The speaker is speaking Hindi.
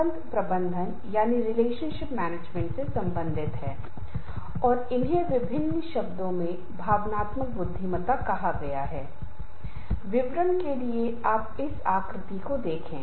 यह वह चीज है जिस पर हम चर्चा करने जा रहे हैं या यह निश्चित रूप से एक बहुत व्यापक क्षेत्र है और इसपर बहुत सारे शोध विभिन्न संदर्भों में बहुत सारे अध्ययन किए गए हैं